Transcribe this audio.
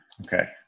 okay